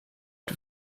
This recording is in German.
die